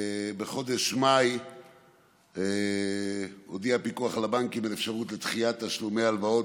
בחודש מאי הודיע הפיקוח על הבנקים על אפשרות לדחיית תשלומי הלוואות,